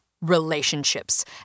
relationships